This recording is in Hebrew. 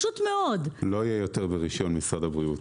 לא יהיה יותר ברישיון משרד הבריאות.